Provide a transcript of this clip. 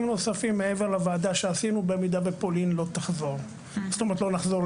נוספים מעבר לוועדה שעשינו במידה ולא נחזור לפולין.